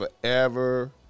forever